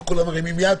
וכולם מרימים יד.